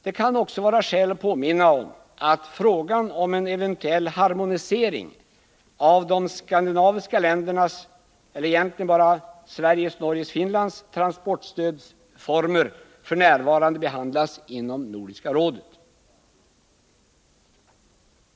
Det kan också vara skäl att påminna om att frågan om en eventuell harmonisering mellan transportstödsformerna i Sverige, Norge och Finland f. n. behandlas inom Nordiska rådet.